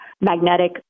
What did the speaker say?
magnetic